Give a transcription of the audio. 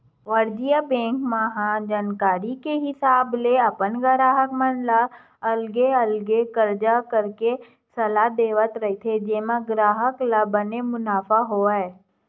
वाणिज्य बेंक मन ह जानकारी के हिसाब ले अपन गराहक मन ल अलगे अलगे कारज करे के सलाह देवत रहिथे जेमा ग्राहक ल बने मुनाफा होय